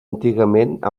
antigament